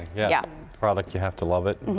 yeah product, you have to love it.